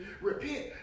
Repent